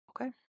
Okay